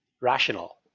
rational